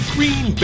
Green